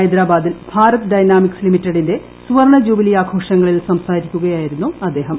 ഹൈദരാബാദിൽ ഭാരത് ഡൈനാമിക്സ് ലിമിറ്റഡിന്റെ സുവർണ്ണ ജൂബിലി ആഘോഷങ്ങളിൽ സംസാരിക്കുകയായിരുന്നു അദ്ദേഹം